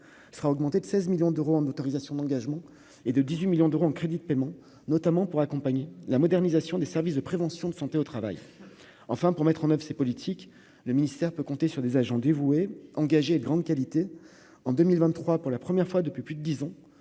sera augmenté de 16 millions d'euros en autorisations d'engagement et de 18 millions d'euros en crédits de paiement notamment pour accompagner la modernisation des services de prévention de santé au travail, enfin pour mettre en oeuvre ces politiques le ministère peut compter sur des agents dévoué engagée de grande qualité en 2023 pour la première fois depuis plus de 10 ans